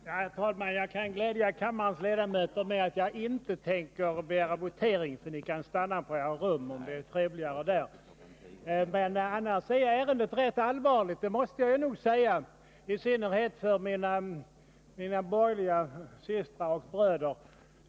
Herr talman! Jag kan glädja kammarens ledamöter med att jag inte tänker begära votering, så ni kan stanna på era rum, om det är trevligare där. Annars är ärendet rätt allvarligt, måste jag nog säga — i synnerhet för mina borgerliga systrar och bröder.